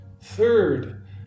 Third